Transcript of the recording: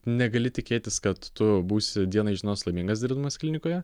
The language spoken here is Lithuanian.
negali tikėtis kad tu būsi dieną iš dienos laimingas dirbdamas klinikoje